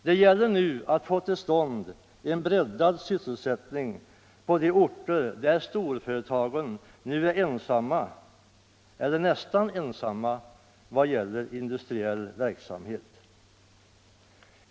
Det gäller att få till stånd en breddad sysselsättning på de orter där storföretagen nu är ensamma eller nästan ensamma vad gäller industriell verksamhet.